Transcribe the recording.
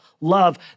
love